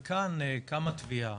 וכאן קמה תביעה